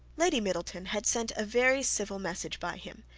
lady middleton had sent a very civil message by him,